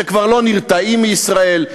שכבר לא נרתעים מישראל.